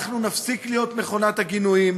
אנחנו נפסיק להיות מכונת הגינויים,